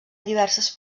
diverses